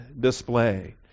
display